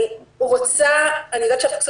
אני יודעת שהזמן קצר.